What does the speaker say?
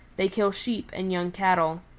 they kill sheep and young cattle.